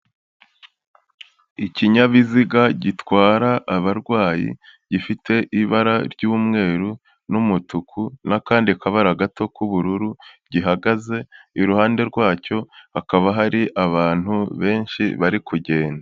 Ikinyabiziga gitwara abarwayi, gifite ibara ry'umweru n'umutuku n'akandi kabara gato k'ubururu, gihagaze; iruhande rwacyo hakaba hari abantu benshi bari kugenda.